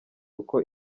uko